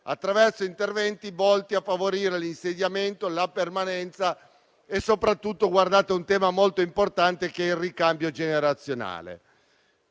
attraverso interventi volti a favorire l'insediamento, la permanenza e soprattutto un tema molto importante, ossia il ricambio generazionale.